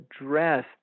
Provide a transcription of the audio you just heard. address